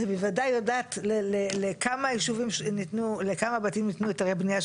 והיא בוודאי יודעת לכמה בתים ניתנו היתרי בנייה,